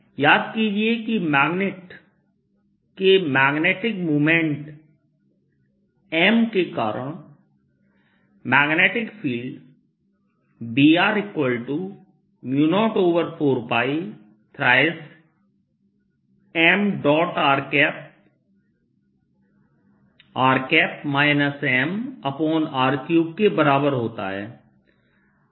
याद कीजिए कि मैग्नेट के मैग्नेटिक मोमेंट m के कारण मैग्नेटिक फील्ड Br04π3mrr mr3के बराबर होता है